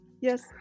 yes